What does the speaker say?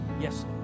Yes